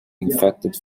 infected